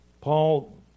Paul